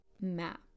map